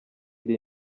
iri